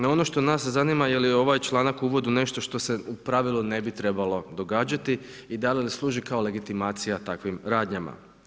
No ono što nas zanima je li ovaj članak uvod u nešto što se u pravilu ne bi trebalo događati i da li služi kao legitimacija takvim radnjama.